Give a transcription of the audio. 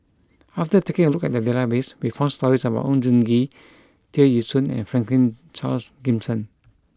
after taking a look at the database we found stories about Oon Jin Gee Tear Ee Soon and Franklin Charles Gimson